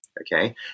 okay